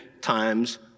times